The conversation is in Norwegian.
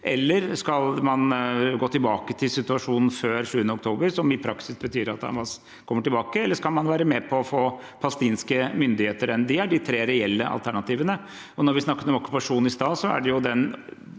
de skal gå tilbake til situasjonen før 7. oktober, som i praksis betyr at Hamas kommer tilbake, eller om de skal være med på å få palestinske myndigheter inn. Det er de tre reelle alternativene. Da vi i sted snakket om okkupasjonen, var det den